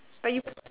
but you